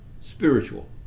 spiritual